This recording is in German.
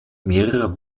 mehrerer